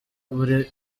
buri